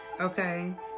Okay